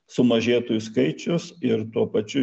sumažėtų jų skaičius ir tuo pačiu